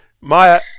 Maya